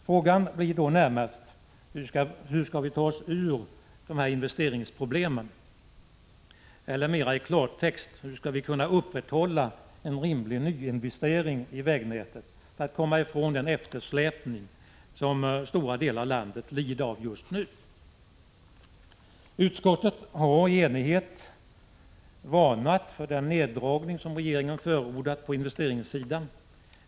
Frågan blir då närmast: Hur skall vi ta oss ur dessa investeringsproblem? Eller mera i klartext: Hur skall vi kunna upprätthålla en rimlig nyinvestering i vägnätet för att komma ifrån den eftersläpning som stora delar av landet lider av just nu? Utskottet har i enighet varnat för den neddragning som regeringen förordat på investeringssidan.